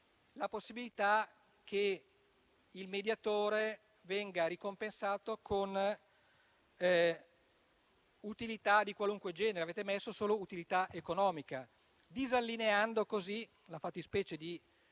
la possibilità che il mediatore venga ricompensato con utilità di qualunque genere. Avete previsto solo l'utilità economica, disallineando così la fattispecie di